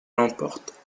l’emporte